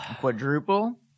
Quadruple